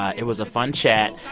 it was a fun chat.